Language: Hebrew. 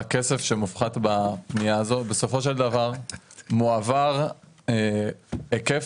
זאת יכולה להיות הארכת הוראת שעה?